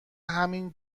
همین